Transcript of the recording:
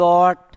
Lord